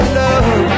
love